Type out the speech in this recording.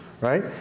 right